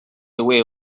away